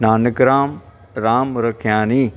Nanikram Ramrakhiani